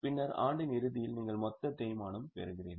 பின்னர் ஆண்டின் இறுதியில் நீங்கள் மொத்த தேய்மானம் பெறுகிறீர்கள்